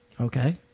Okay